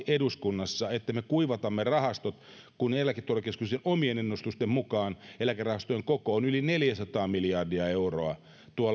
eduskunnassa että me kuivatamme rahastot kun eläketurvakeskuksen omien ennustusten mukaan eläkerahastojen koko on yli neljäsataa miljardia euroa